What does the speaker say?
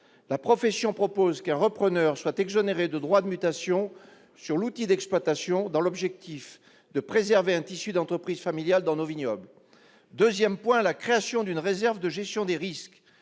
La profession propose qu'un repreneur soit exonéré de droits de mutation sur l'outil d'exploitation, dans l'objectif de préserver un tissu d'entreprises familiales dans nos vignobles. Ensuite, la création d'une réserve de gestion des risques.